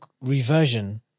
reversion